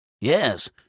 Yes